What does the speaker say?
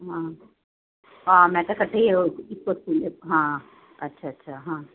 ਹਾਂ ਹਾਂ ਮੈਂ ਤਾਂ ਹਾਂ ਅੱਛਾ ਅੱਛਾ ਹਾਂ